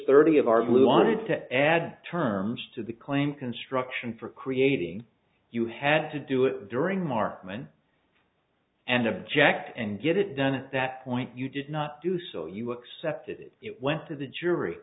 thirty of our blue wanted to add terms to the claim construction for creating you had to do it during markman and object and get it done at that point you did not do so you accepted it went to the jury